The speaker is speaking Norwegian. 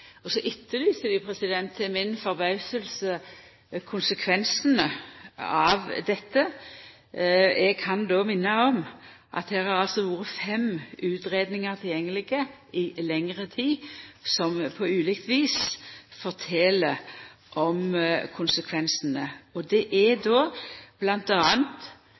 og så etterlyser dei til mi undring konsekvensane av dette. Eg kan då minna om at det har vore fem utgreiingar tilgjengelege i lengre tid, som på ulike vis fortel om konsekvensane. Det er